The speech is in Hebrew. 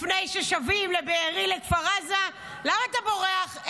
לפני ששבים לבארי, לכפר עזה, למה אתה בורח?